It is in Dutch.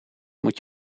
moet